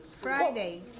Friday